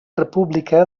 república